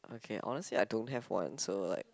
okay honestly I don't have one so like